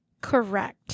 Correct